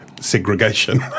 segregation